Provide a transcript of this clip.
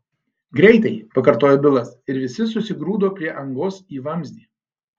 greitai pakartojo bilas ir visi susigrūdo prie angos į vamzdį